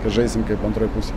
kad žaisim kaip antroj pusėj